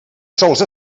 sols